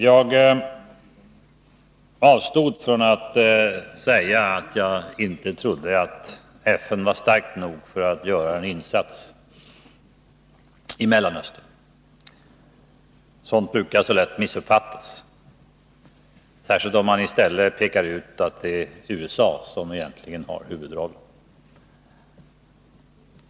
Jag avstod från att säga att jag inte trodde att FN inte var starkt nog för att göra en insats i Mellanöstern. Sådant brukar så lätt missuppfattas, särskilt om man i stället pekar ut USA som egentlig innehavare av huvudrollen.